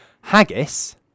haggis